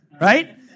Right